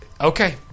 Okay